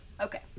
Okay